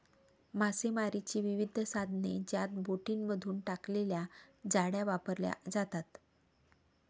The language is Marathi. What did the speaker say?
मासेमारीची विविध साधने ज्यात बोटींमधून टाकलेल्या जाळ्या वापरल्या जातात